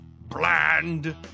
bland